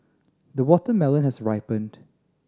the watermelon has ripened